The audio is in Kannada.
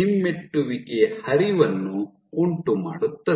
ಹಿಮ್ಮೆಟ್ಟುವಿಕೆಯ ಹರಿವನ್ನು ಉಂಟುಮಾಡುತ್ತದೆ